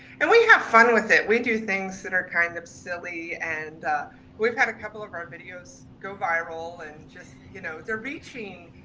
and we have fun with it, we do things that are kind of silly and we've had a couple of our videos go viral and just, you know, they're reaching